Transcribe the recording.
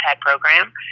program